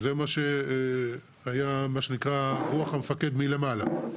וזה מה שהיה רוח המפקד מלמעלה.